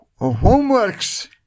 homeworks